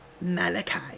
Malachi